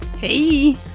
Hey